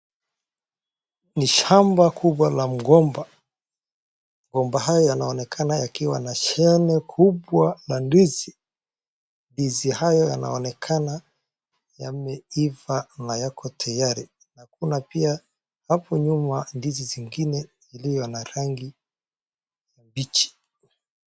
Ni shamba kubwa la mgomba. Mgomba haya yanaonekana yakiwa na shane kubwa ya ndizi. Ndizi haya yanaonekana yameiva na yako tayari. Na kuna pia hapo nyuma ndizi zingine ziliyo na rangi mbichi.